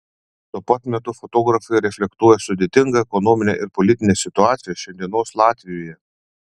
tuo pat metu fotografai reflektuoja sudėtingą ekonominę ir politinę situaciją šiandienos latvijoje